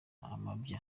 amabya